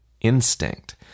instinct